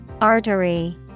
Artery